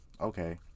okay